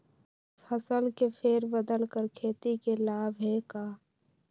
फसल के फेर बदल कर खेती के लाभ है का?